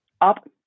Up